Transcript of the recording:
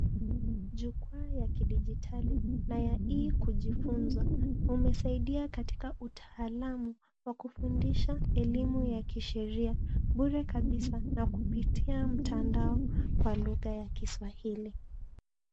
Jukuu ya kidijitali na AI kujifunza, umesaidia katika utaalamu wa kufundisha elimu ya kisheria. Bure kabisa na kupitia mutandao kwa lugha ya kiswahili.